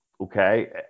okay